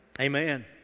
Amen